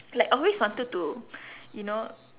like always wanted to you know